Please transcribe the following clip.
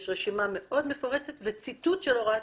יש הוראה מאוד מפורטת וציטוט של הוראת